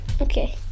Okay